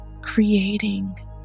creating